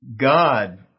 God